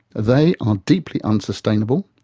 they are deeply unsustainable.